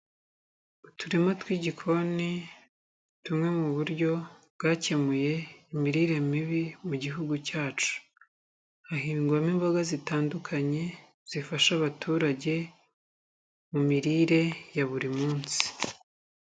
Uturima tw'igikoni tumwe mu buryo bwakemuye imirire mibi mu gihugu cyacu. Hahingwamo imboga zitandukanye zifasha abaturage mu mirire ya buri munsi.